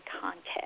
context